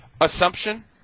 assumption